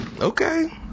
Okay